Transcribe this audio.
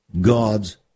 God's